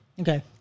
Okay